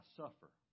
suffer